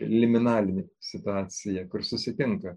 ir liuminalė situacija kur susitinka